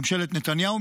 ממשלת נתניהו,